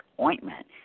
ointment